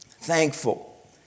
thankful